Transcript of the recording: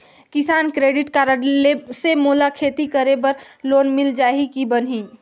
किसान credit card से मोला खेती करे बर लोन मिल जाहि की बनही??